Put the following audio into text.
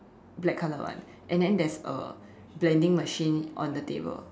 black color one and then there's a blending machine on the table